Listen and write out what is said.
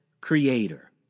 creator